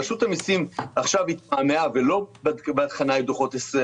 רשות המיסים עכשיו התמהמהה ולא בחנה את דוחות 2018